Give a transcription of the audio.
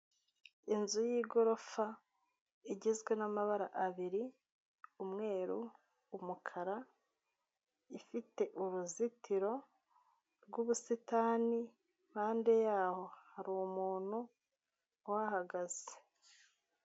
Inzu y'igorofa igizwe n'amabara abiri, umweru, umukara, ifite uruzitiro rw'ubusitani, impande yaho hari umuntu uhahagaze.